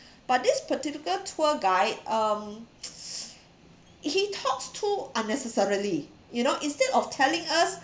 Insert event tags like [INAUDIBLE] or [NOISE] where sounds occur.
[BREATH] but this particular tour guide um [NOISE] [BREATH] he talks too unnecessarily you know instead of telling us